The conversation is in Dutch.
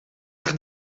echt